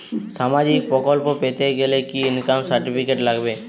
সামাজীক প্রকল্প পেতে গেলে কি ইনকাম সার্টিফিকেট লাগবে?